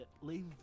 leave